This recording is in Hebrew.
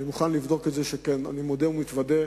אני מוכן לבדוק את זה שכן, מודה ומתוודה,